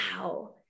wow